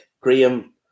Graham